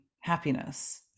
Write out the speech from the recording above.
happiness